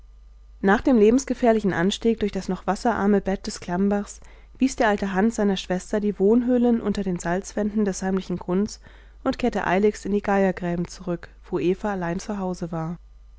nach dem lebensgefährlichen anstieg durch das noch wasserarme bett des klammbachs wies der alte hans seiner schwester die wohnhöhlen unter den salzwänden des heimlichen grunds und kehrte eiligst in die geiergräben zurück wo eva allein zu hause war